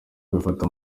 gufata